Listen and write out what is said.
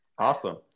Awesome